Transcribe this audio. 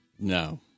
No